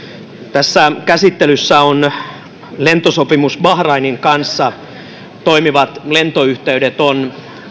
tässä on käsittelyssä lentosopimus bahrainin kanssa toimivat lentoyhteydet ovat